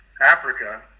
Africa